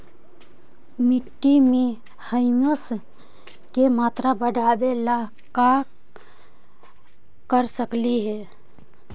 मिट्टी में ह्यूमस के मात्रा बढ़ावे ला का कर सकली हे?